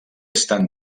estan